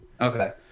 Okay